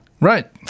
Right